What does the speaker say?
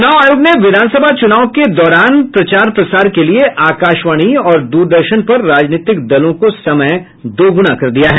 चुनाव आयोग ने विधानसभा चुनाव के दौरान प्रचार प्रसार के लिए आकाशवाणी और दूरदर्शन पर राजनीतिक दलों को समय दोगुना कर दिया है